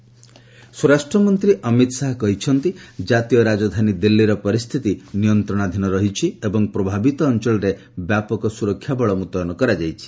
ଅମିତ ଶାହା ସ୍ୱରାଷ୍ଟ୍ରମନ୍ତ୍ରୀ ଅମିତ ଶାହା କହିଛନ୍ତି ଜାତୀୟ ରାଜଧାନୀ ଦିଲ୍ଲୀର ପରିସ୍ଥିତି ନିୟନ୍ତ୍ରଣାଧୀନ ରହିଛି ଏବଂ ପ୍ରଭାବିତ ଅଞ୍ଚଳରେ ବ୍ୟାପକ ସୁରକ୍ଷାବଳ ମୁତୟନ କରାଯାଇଛି